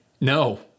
No